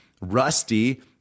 Rusty